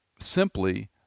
simply